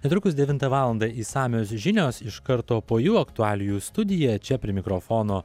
netrukus devintą valandą išsamios žinios iš karto po jų aktualijų studija čia prie mikrofono